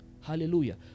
Hallelujah